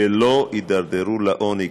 שלא יידרדרו לעוני,